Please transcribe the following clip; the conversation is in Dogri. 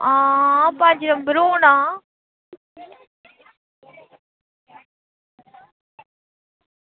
आं पंज नंबर होना